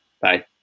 Bye